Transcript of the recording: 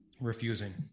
refusing